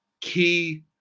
key